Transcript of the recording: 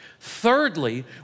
Thirdly